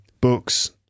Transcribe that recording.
books